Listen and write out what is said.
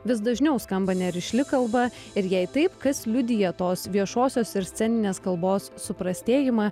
vis dažniau skamba nerišli kalba ir jei taip kas liudija tos viešosios ir sceninės kalbos suprastėjimą